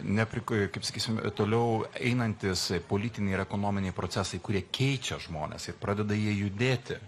neprik kaip sakysim toliau einantys politiniai ir ekonominiai procesai kurie keičia žmones ir pradeda jie judėti